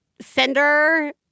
sender